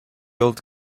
old